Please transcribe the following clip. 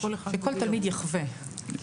שכל תלמיד יחווה.